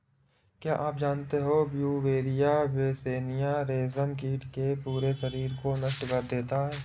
क्या आप जानते है ब्यूवेरिया बेसियाना, रेशम कीट के पूरे शरीर को नष्ट कर देता है